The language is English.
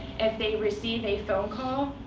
if they receive a phone call,